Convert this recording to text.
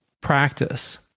practice